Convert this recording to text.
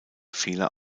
fehler